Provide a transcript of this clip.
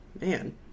man